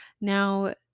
Now